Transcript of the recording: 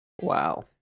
wow